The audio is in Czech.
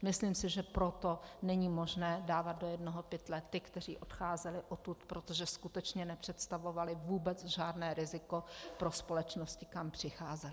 Myslím si, že proto není možné dávat do jednoho pytle ty, kteří odcházeli odtud, protože skutečně nepředstavovali vůbec žádné riziko pro společnosti, kam přicházeli.